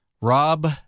Rob